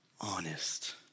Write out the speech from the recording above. honest